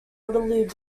waterloo